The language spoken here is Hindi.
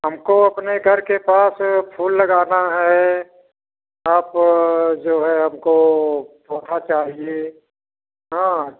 हमको अपने घर के पास फूल लगाना है आप जो है हमको पौधा चाहिए हाँ